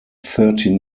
thirteen